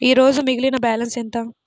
ఈరోజు మిగిలిన బ్యాలెన్స్ ఎంత?